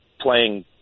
playing